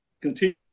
continue